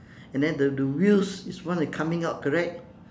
and then the the wheels is one the coming out correct